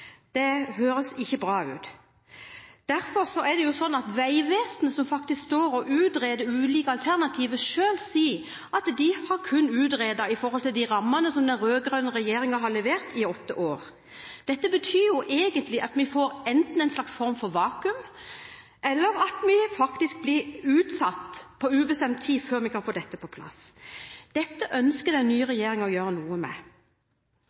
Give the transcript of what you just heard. ikke høres bra ut. Vegvesenet, som faktisk utreder ulike alternativer, sier selv at de kun har utredet ut fra de rammene den rød-grønne regjeringen har levert i åtte år. Dette betyr egentlig at vi enten får en form for vakuum eller at prosjektet blir utsatt på ubestemt tid. Dette ønsker den nye regjeringen å gjøre noe med. Vi kan